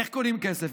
איך קונים כסף?